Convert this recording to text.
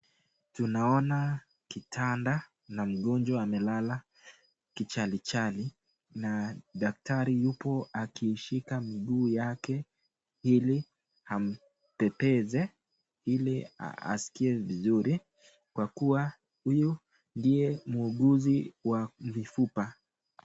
Tunaona kitanda na mgonjwa amelala kichalichali na daktari yupo akishika miguu yake ili ampepeze ili asikie vizuri kwa kuwa huyu ndiye muuguzi wa mifupa.